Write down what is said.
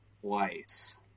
twice